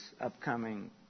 upcoming